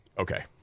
Okay